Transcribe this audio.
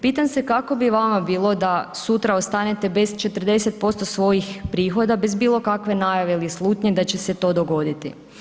Pitam se kako bi vama bilo da sutra ostanete bez 40% svojih prihoda bez bilokakve najave ili slutnje da će se to dogoditi?